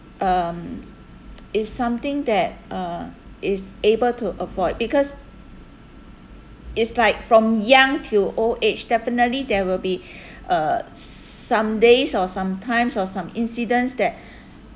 um it's something that uh it's able to avoid because it's like from young till old age definitely there will be uh some days or some times of some incidents that